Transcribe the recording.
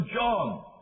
John